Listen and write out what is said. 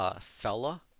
Fella